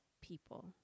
people